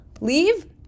Leave